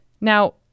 Now